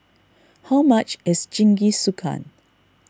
how much is Jingisukan